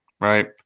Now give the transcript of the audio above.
Right